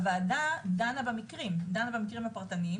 הוועדה דנה במקרים הפרטניים,